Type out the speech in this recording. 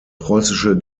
preußische